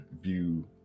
view